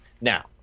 now